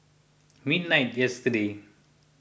midnight yesterday